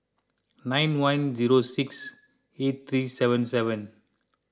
nine one zero six eight three seven seven